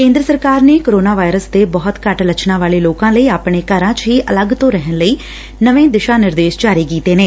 ਕੇਂਦਰ ਸਰਕਾਰ ਨੇ ਕੋਰੋਨਾ ਵਾਇਰਸ ਦੇ ਬਹੁਤ ਘੱਟ ਲੱਛਣਾਂ ਵਾਲੇ ਲੋਕਾਂ ਲਈ ਆਪਣੇ ਘਰ ਚ ਹੀ ਅਲੱਗ ਤੋ ਰਹਿਣ ਲਈ ਨਵੇ ਦਿਸ਼ਾ ਨਿਰਦੇਸ਼ ਜਾਰੀ ਕੀਤੇ ਨੇ